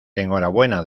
enhorabuena